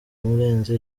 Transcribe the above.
murenzi